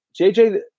jj